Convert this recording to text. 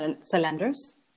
cylinders